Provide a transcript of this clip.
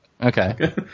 okay